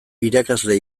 irakasle